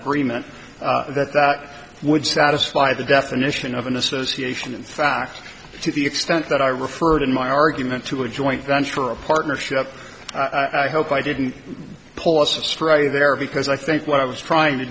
agreement that that would satisfy the definition of an association in fact to the extent that i referred in my argument to a joint venture a partnership i hope i didn't pull us astray there because i think what i was trying to